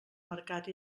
mercat